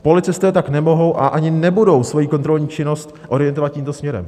Policisté tak nemohou a ani nebudou svoji kontrolní činnost orientovat tímto směrem.